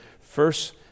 first